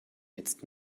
jetzt